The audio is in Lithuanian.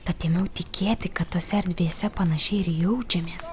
tad ėmiau tikėti kad tose erdvėse panašiai ir jaučiamės